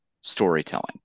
storytelling